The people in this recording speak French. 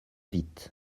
vit